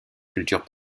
culture